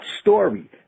story